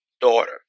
daughter